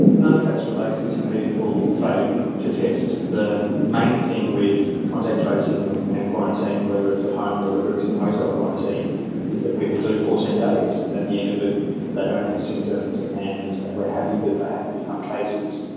none of that is related to people failing to test. the main thing with contact tracing and and quarantine, whether it's at home or whether it's in hotel quarantine is that people do fourteen days, and at the end of it they don't have symptoms and we are happy that they haven't become cases.